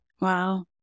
Wow